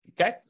okay